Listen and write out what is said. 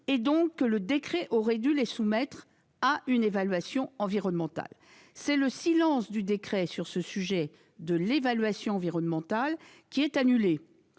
et que le décret aurait donc dû les soumettre à une évaluation environnementale. C'est le silence du décret sur ce sujet de l'évaluation environnementale qui est annulé.